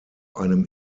einem